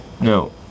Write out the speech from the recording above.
no